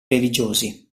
religiosi